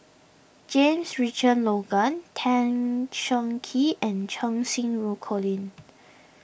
James Richardson Logan Tan Cheng Kee and Cheng Xinru Colin